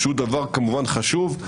זה דבר כמובן חשוב.